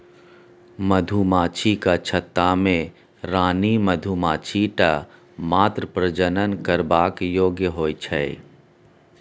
मधुमाछीक छत्ता मे रानी मधुमाछी टा मात्र प्रजनन करबाक योग्य होइ छै